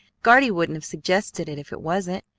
guardy wouldn't have suggested it if it wasn't.